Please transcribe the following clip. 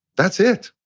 that's it.